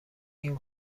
این